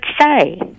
say